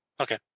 Okay